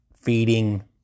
feeding